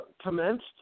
commenced